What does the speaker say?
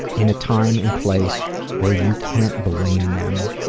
in a time and place where you can't blame them